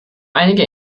einige